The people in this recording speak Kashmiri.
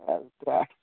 اَز تَرٛٹھ